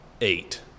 eight